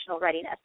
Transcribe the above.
readiness